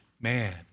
man